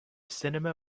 cinema